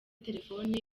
telefoni